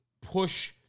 push